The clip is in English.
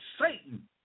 Satan